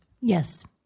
Yes